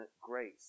grace